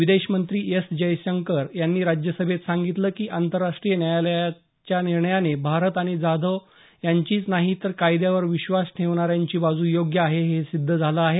विदेशमंत्री एस जयशंकर यांनी राज्यसभेत सांगितलं की आंतरराष्ट्रिय न्यायालयाच्या निर्णयाने भारत आणि जाधव यांचीच नाही तर कायद्यावर विश्वास ठेवणार्यांची बाजू योग्य आहे हे सिध्द झालं आहे